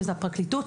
שזאת הפרקליטות,